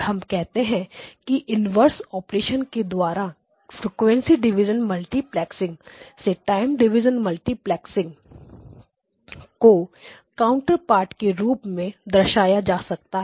हम कहते हैं कि इन्वर्स ऑपरेशन के द्वारा फ्रिकवेंसी डिविजन मल्टीप्लेक्सिंग से टाइम डिविजन मल्टीप्लेक्सिंग को काउंटरपार्टcounterpart के रूप में दर्शाया जा सकता है